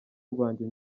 rwanjye